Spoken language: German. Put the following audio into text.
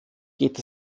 geht